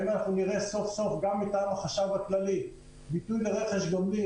האם אנחנו נראה סוף-סוף גם מטעם החשב הכללי ביטוי לרכש גומלין,